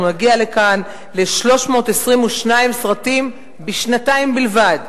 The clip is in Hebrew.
אנחנו נגיע לכאן ל-322 סרטים בשנתיים בלבד.